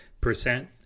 percent